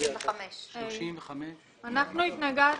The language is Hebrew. אנחנו התנגדנו.